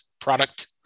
product